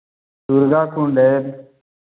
दुर्गा कुंड है